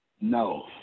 No